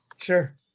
Sure